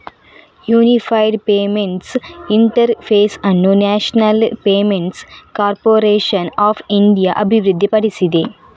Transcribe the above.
unified payments interface ಅನ್ನು national payments corporation of India ಅಭಿವೃದ್ಧಿಪಡಿಸಿದೆ